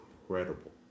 Incredible